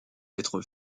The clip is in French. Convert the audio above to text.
être